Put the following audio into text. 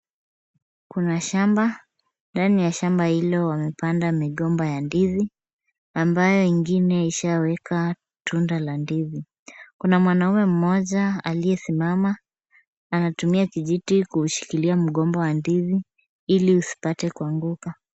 Kuna shamba. Ndani ya shamba hilo wamepanda migomba ya ndizi, ambayo ingine ishaweka tunda la ndizi. Kuna mwanaume mmoja aliyesimama. Anatumia kijiti kuushikilia mgomba wa ndizi, ili usipate kuanguka.